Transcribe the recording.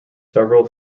several